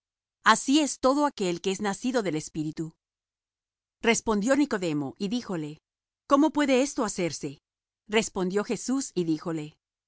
así es todo aquel que es nacido del espíritu respondió nicodemo y díjole cómo puede esto hacerse respondió jesús y díjole